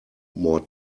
more